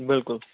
بِلکُل